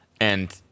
and-